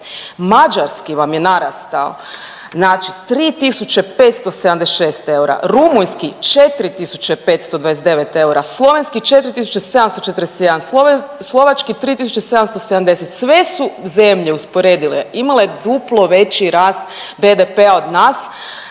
Mađarski vam je narastao znači 3.576 eura, rumunjski 4.529 eura, slovenski 4.741, slovački 3.770. Sve su zemlje usporedile imale duplo veći rast BDP-a od nas,